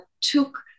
took